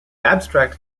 abstract